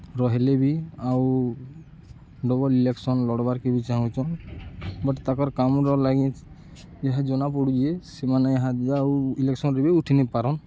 ରହଲେ ବି ଆଉ double election ଲଡ଼୍ବାର୍କେ ବି ଚାହୁଁଚନ୍ ବଟ୍ ତାକର୍ କାମ୍ର ଲାଗି ଏହା ଜନା ପଡ଼ୁଛେ ଯେ ସେମାନେ ଏହାଦେ ଆଉ ଇଲେକ୍ସନ୍ରେ ବି ଉଠିନି ପାରନ୍